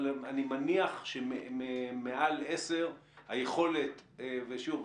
אבל אני מניח שמעל עשר היכולת ושוב,